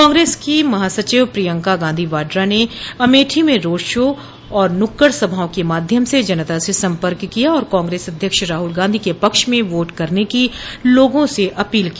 कांग्रेस महासचिव प्रियंका गांधी वाड्रा ने अमेठी में रोड शो और नुक्कड़ सभाओं के माध्यम से जनता से सम्पर्क किया और कांग्रेस अध्यक्ष राहुल गांधी के पक्ष में वोट करने की लोगों से अपील की